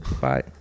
Bye